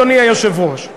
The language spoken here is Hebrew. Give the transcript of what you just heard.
אדוני היושב-ראש,